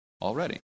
already